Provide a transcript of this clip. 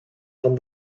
van